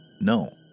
no